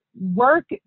work